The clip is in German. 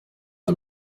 und